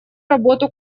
работу